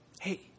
hey